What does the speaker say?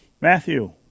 Matthew